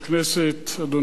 אדוני ראש הממשלה,